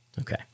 Okay